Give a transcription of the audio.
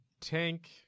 Tank